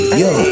yo